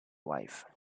wife